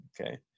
Okay